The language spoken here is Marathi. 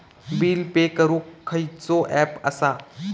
बिल पे करूक खैचो ऍप असा?